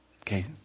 Okay